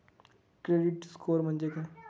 Credit score म्हणजे काय?